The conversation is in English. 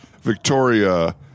Victoria